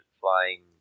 flying